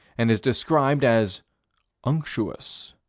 and is described as unctuous.